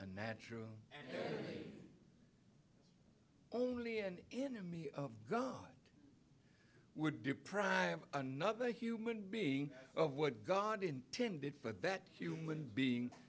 natural only an enemy of god would deprive another human being of what god intended but that human being